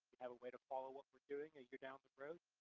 have a way to follow what we're doing, a year down the road,